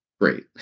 Great